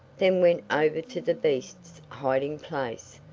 then went over to the beast's hiding place.